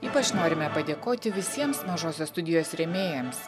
ypač norime padėkoti visiems mažosios studijos rėmėjams